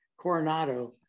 Coronado